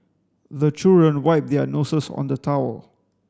the children wipe their noses on the towel